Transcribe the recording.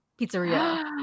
Pizzeria